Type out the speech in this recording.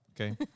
okay